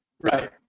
Right